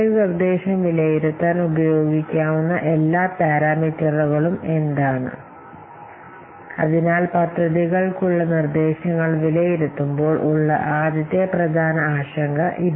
നിർദ്ദേശങ്ങൾ വിലയിരുത്തുന്ന എല്ലാ പാരാമീറ്ററുകളും അതിനാൽ പദ്ധതികൾക്കുള്ള നിർദേശങ്ങൾ വിലയിരുത്തേണ്ട ആദ്യത്തെ പ്രധാന ആശങ്ക ഇതാണ്